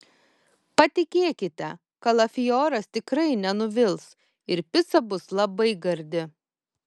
patikėkite kalafioras tikrai nenuvils ir pica bus labai gardi